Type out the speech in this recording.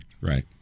Right